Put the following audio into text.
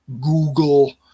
Google